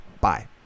Bye